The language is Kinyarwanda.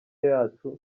yacu